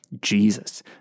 Jesus